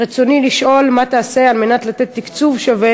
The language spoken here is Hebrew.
רצוני לשאול: מה תעשה על מנת לתת תקציב שווה